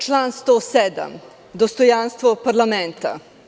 Član 107. dostojanstvo parlamenta.